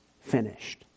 finished